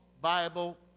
Bible